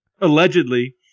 Allegedly